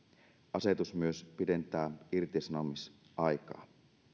asetus myös pidentää irtisanomisaikaa